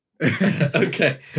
Okay